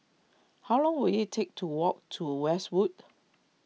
how long will it take to walk to Westwood